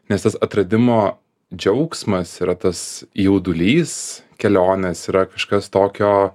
nes tas atradimo džiaugsmas yra tas jaudulys kelionės yra kažkas tokio